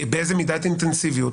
באיזה מידת אינטנסיביות.